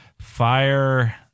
Fire